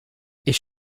ich